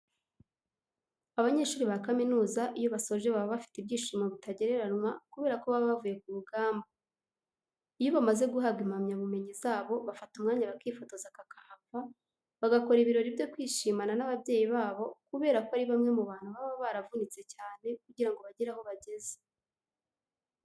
Abanyeshuri ba kaminuza iyo basoje baba bafite ibyishimo bitagereranwa kubera ko baba bavuye ku rugamba. Iyo bamaze guhabwa impamyabumenyi zabo bafata umwanya bakifotoza kakahava, bagakora ibirori byo kwishimana n'ababyeyi babo kubera ko ari bamwe mu bantu baba baravunitse cyane kugira ngo bagere aho bageze.